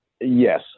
Yes